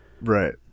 Right